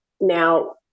Now